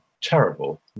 Terrible